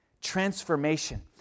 Transformation